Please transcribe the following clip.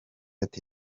ati